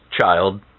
child